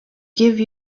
give